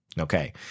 Okay